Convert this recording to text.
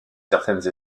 certaines